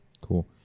Cool